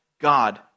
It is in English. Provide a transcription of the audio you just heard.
God